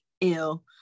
ill